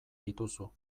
dituzu